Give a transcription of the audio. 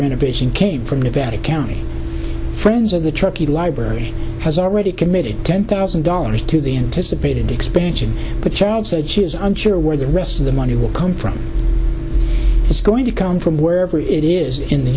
renovation came from nevada county friends of the truckee library has already committed ten thousand dollars to the anticipated expansion but child said she is unsure where the rest of the money will come from it's going to come from wherever it is in the